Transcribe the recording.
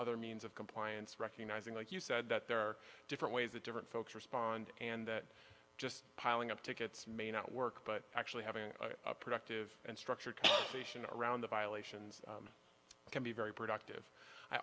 other means of compliance recognizing like you said that there are different ways that different folks respond and that just piling up tickets may not work but actually having a productive and structured around the violations can be very productive i